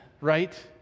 right